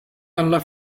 alla